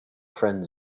friend